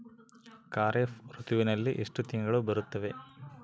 ಖಾರೇಫ್ ಋತುವಿನಲ್ಲಿ ಎಷ್ಟು ತಿಂಗಳು ಬರುತ್ತವೆ?